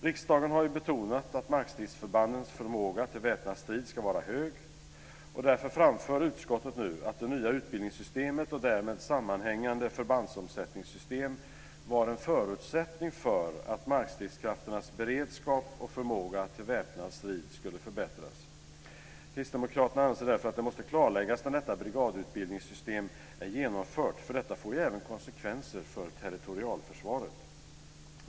Riksdagen har ju betonat att markstridsförbandens förmåga till väpnad strid ska vara hög. Därför framför utskottet nu att det nya utbildningssystemet och därmed sammanhängande förbandsomsättningssystem var en förutsättning för att markstridskrafternas beredskap och förmåga till väpnad strid skulle förbättras. Kristdemokraterna anser att det måste klarläggas när detta brigadutbildningssystem är genomfört eftersom detta ju även får konsekvenser för territorialförsvaret.